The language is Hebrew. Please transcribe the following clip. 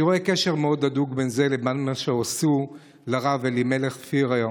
אני רואה קשר מאוד הדוק בין זה לבין מה שעשו לרב אלימלך פירר,